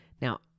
Now